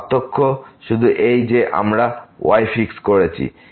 পার্থক্য শুধু এই যে আমরা এই y ফিক্স করেছি